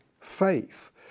faith